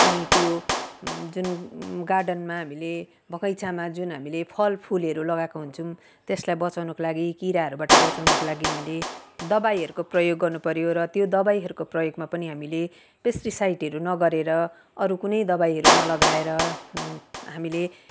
अनि त्यो जुन गार्डनमा हामीले बगैँचामा जुन हामीले फल फुलहरू लगाएको हुन्छौँ त्यसलाई बचाउनको लागि किराहरूबाट बचाउनको लागि हामीले दबाईहरूको प्रयोग गर्नु पर्यो र त्यो दबाईहरूको प्रयोगमा पनि हामीले पेस्टिसाइटहरू नगरेर अरू कुनै दबाईहरू नलगाएर हामीले